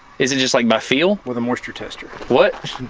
is it just like by feel? with a moisture tester. what,